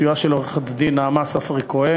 ובסיועה של עורכת-דין נעמה ספראי-כהן.